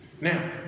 Now